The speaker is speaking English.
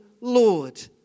Lord